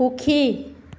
সুখী